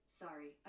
Sorry